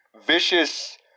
vicious